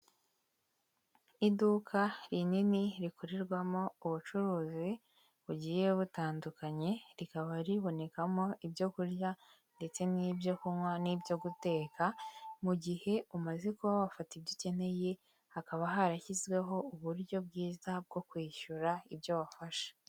Iduka rinini rikorerwamo ubucuruzi bugiye butandukanye rikaba ribonekamo ibyo kurya ndetse n'ibyo kunywa, n'ibyo guteka mu gihe umaze kuba wafata ibyo ukeneye hakaba harashyizweho uburyo bwiza bwo kwishyura ibyo wafasha.